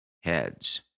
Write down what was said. heads